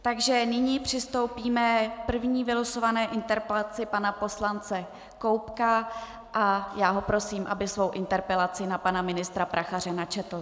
Takže nyní přistoupíme k první vylosované interpelaci pana poslance Koubka a já ho prosím, aby svou interpelaci na pana ministra Prachaře načetl.